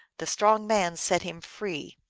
the strong man set him free.